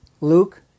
Luke